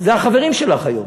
זה החברים שלך היום.